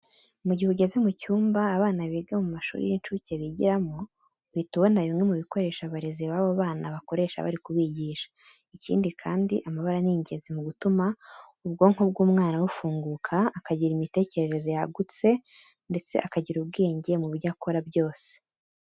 Mu gihe ugeze mu cyumba abana biga mu mashuri y'incuke bigiramo, uhita ubona bimwe mu bikoresho abarezi babo bana bakoresha bari kubigisha. Ikindi kandi amabara ni ingenzi mu gutuma ubwonko bw'umwana bufunguka, akagira imitecyerereze yagutse ndetse akagira ubwenge mu byo akora byose.